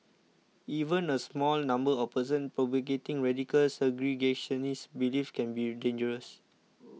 even a small number of persons propagating radical segregationist beliefs can be dangerous